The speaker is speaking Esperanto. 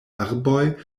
arboj